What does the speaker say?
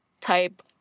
type